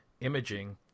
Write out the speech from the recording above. imaging